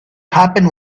happen